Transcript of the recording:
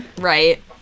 Right